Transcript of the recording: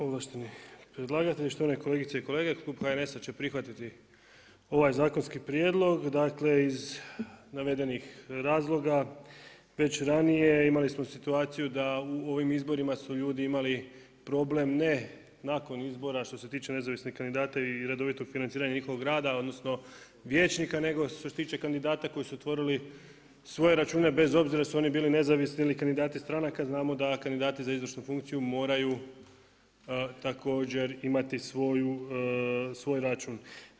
Ovlašteni predlagatelj, štovani kolegice i kolege Klub HNS-a će prihvatiti ovaj zakonski prijedlog, dakle, iz navedenih razloga već ranije, imali smo situaciju da u ovim izborima su ljudi imali problem ne nakon izbora što se tiče nezavisnih kandidata i redovitog financiranja njihovog rada odnosno vijećnika nego što se tiče kandidata koji su otvorili svoje račune bez obzira jesu li oni bili nezavisni ili kandidati stranaka, znamo da kandidati za izvršnu funkciju moraju također imati svoj račun.